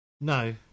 No